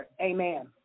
Amen